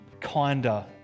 kinder